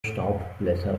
staubblätter